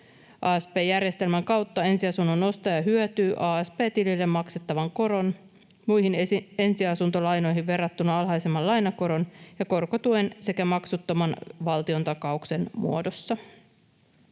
Asp-järjestelmän kautta ensiasunnon ostaja hyötyy asp-tilille maksettavan koron, muihin ensiasuntolainoihin verrattuna alhaisemman lainakoron ja korkotuen sekä maksuttoman valtiontakauksen muodossa.